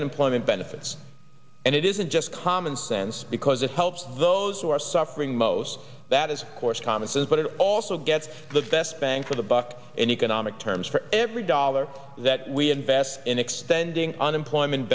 unemployment benefits and it isn't just common sense because it helps those who are suffering most that is course thomases but it also gets the best bang for the buck in economic terms for every dollar that we invest in extending unemployment